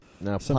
Now